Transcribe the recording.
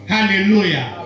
Hallelujah